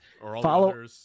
follow